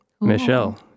michelle